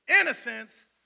Innocence